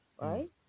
right